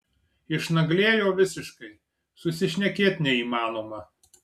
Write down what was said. išnaglėjo visiškai susišnekėt neįmanoma